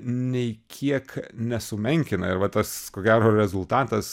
nei kiek nesumenkina ir va tas ko gero rezultatas